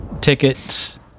tickets